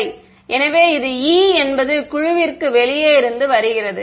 சரி எனவே இது E என்பது குழுவிலிருந்து வெளியே வருகிறது